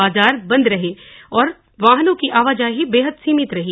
बाजार बंद रहे और वाहनों की आवाजाही बेहद सीमित रही